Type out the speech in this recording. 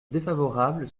défavorable